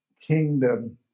kingdom